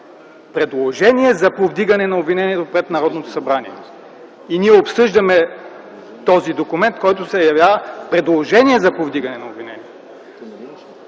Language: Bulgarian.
предложение за повдигане на обвинение пред Народното събрание и ние обсъждаме този документ, който се явява предложение за повдигане на обвинение.